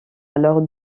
alors